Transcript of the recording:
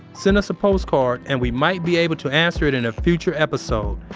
send us a postcard and we might be able to answer it in a future episode.